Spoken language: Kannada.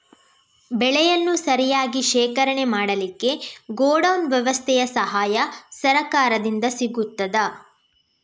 ಬೆಳೆಯನ್ನು ಸರಿಯಾಗಿ ಶೇಖರಣೆ ಮಾಡಲಿಕ್ಕೆ ಗೋಡೌನ್ ವ್ಯವಸ್ಥೆಯ ಸಹಾಯ ಸರಕಾರದಿಂದ ಸಿಗುತ್ತದಾ?